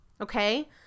okay